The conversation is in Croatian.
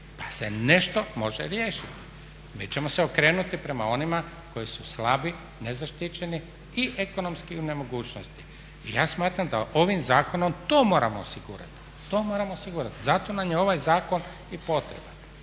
pa se nešto može riješiti. Mi ćemo se okrenuti prema onima koji su slabi, nezaštićeni i ekonomski u nemogućnosti. Ja smatram da ovim zakonom to moramo osigurati. Zato nam je ovaj zakon i potreban.